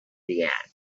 yet